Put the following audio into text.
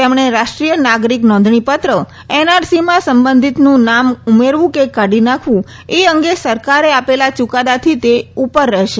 તેમજ રાષ્ટ્રીય નાગરિક નોંધક્રીપત્ર એનઆરસીમાં સંબંધિતનું નામ ઉમેરવું કે કાઢી નાખવું એ અંગે સરકારે આપેલા ચૂકાદાથી તે ઉપર રહેશે